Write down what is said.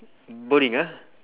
boring ah